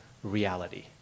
reality